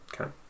Okay